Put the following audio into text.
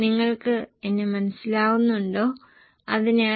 ഒരു യൂണിറ്റിന് വില 2045 ആയിരിക്കും